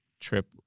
trip